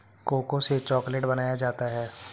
cocoa से chocolate बनाया जाता है